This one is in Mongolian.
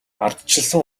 ардчилсан